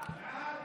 שכנעת.